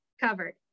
covered